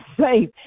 safe